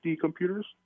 computers